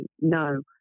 No